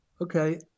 Okay